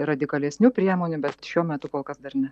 ir radikalesnių priemonių bet šiuo metu kol kas dar ne